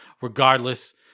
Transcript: Regardless